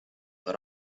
but